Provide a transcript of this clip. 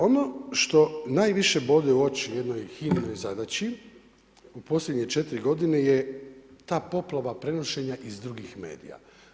Ono što najviše bode u oči jednoj HINA-inoj zadaći u posljednje 4 godine je ta poplava prenošenja iz drugih medija.